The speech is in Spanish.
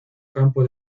campo